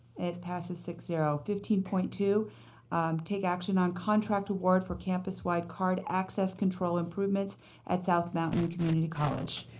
it passes six zero. fifteen point two take action on contract award for campus-wide card access control improvements at south mountain community college.